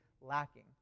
lacking